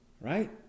Right